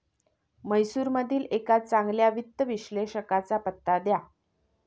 म्हैसूरमधील एका चांगल्या वित्त विश्लेषकाचा पत्ता द्या